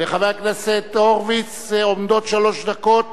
לחבר הכנסת הורוביץ עומדות שלוש דקות